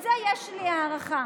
לזה יש לי הערכה,